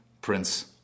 Prince